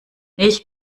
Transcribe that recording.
ich